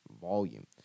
volume